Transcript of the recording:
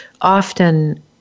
often